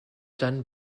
done